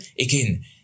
again